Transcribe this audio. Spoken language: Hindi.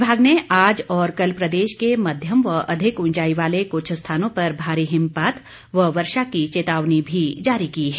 विभाग ने आज और कल प्रदेश के मध्यम व अधिक उंचाई वाले कुछ स्थानों पर भारी हिमपात व वर्षा की चेतावनी भी जारी की है